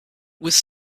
was